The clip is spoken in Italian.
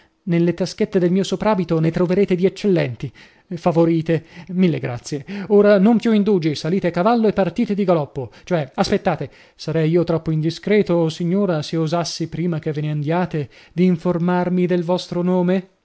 nelle taschette del mio soprabito ne troverete di eccellenti favorite mille grazie ora non più indugi salite a cavallo e partite di galoppo cioè aspettate sarei io troppo indiscreto o signora se osassi prima che ve ne andiate di informarmi del vostro nome